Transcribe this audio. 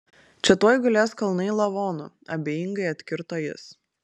čia tuoj gulės kalnai lavonų abejingai atkirto jis